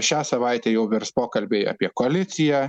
šią savaitę jau virs pokalbiai apie koaliciją